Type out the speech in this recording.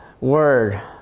word